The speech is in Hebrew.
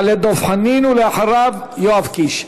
יעלה דב חנין, ואחריו, יואב קיש.